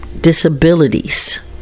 disabilities